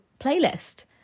playlist